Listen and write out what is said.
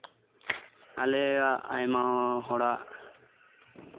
ᱟᱞᱮᱭᱟᱜ ᱟᱭᱢᱟ ᱦᱚᱲᱟᱜ